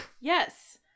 Yes